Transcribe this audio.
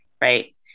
right